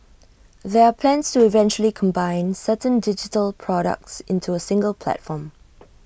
there are plans to eventually combine certain digital products into A single platform